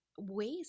ways